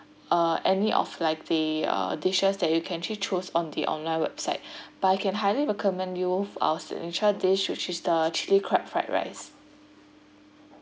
uh any of like the uh dishes that you can actually choose on the online website but I can highly recommend you our signature dish which is the chilli crab fried rice